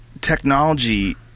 technology